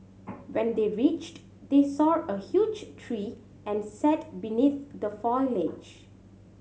when they reached they saw a huge tree and sat beneath the foliage